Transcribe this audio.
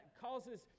causes